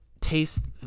taste